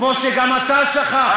כמו שגם אתה שכחת,